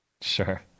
Sure